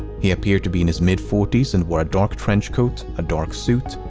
he appeared to be in his mid-forties and wore a dark trench coat, a dark suit,